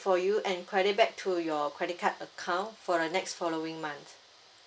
for you and credit back to your credit card account for the next following months